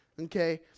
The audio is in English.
Okay